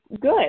good